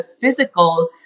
physical